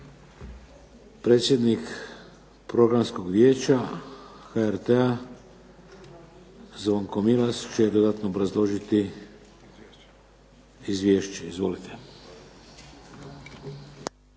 Predsjednik Programskog vijeća HRT-a Zvonko Milas će dodatno obrazložiti izvješće. Izvolite.